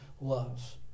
love